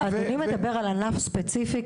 אדוני מדבר על ענף ספציפי?